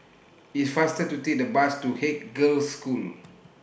It's faster to Take The Bus to Haig Girls' School